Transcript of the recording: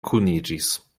kuniĝis